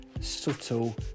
subtle